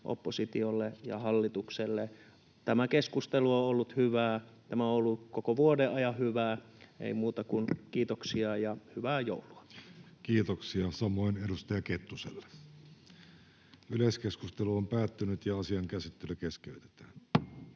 oppositiolle ja hallitukselle. Tämä keskustelu on ollut hyvää, tämä on ollut koko vuoden ajan hyvää. Ei muuta kuin kiitoksia ja hyvää joulua. Kiitoksia samoin edustaja Kettuselle. Sitten esitellään sisäministeriön